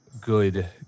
good